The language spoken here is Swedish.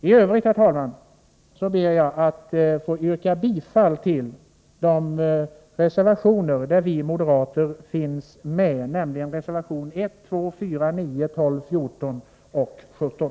I övrigt, herr talman, ber jag att få yrka bifall till de reservationer där vi moderater finns med, nämligen reservationerna 1, 2, 4, 9, 12, 14 och 17.